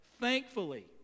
thankfully